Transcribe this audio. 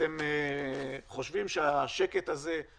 חושבים שהשקט הזה זה